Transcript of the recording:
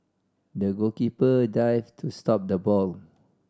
the goalkeeper dived to stop the ball